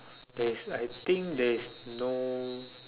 there's I think there's no